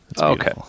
Okay